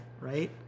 right